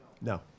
No